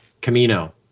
Camino